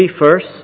first